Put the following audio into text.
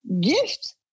gift